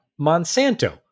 Monsanto